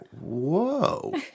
whoa